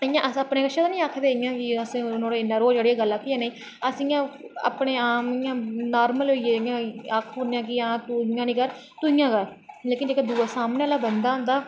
इयां अस अपने कशा दा ते नी आखदे कि असें इन्ना रोह् चढ़ेआ एह् गल्ल आक्खनी जां नेईं अस अपने इयां नार्मल होइयै इयां आक्खी ओड़ने कि तूं इयां नी कर इयां कर लेकिन जेह्का दूआ सामने आह्ला बंदा होंदा